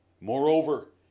Moreover